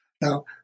Now